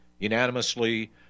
Unanimously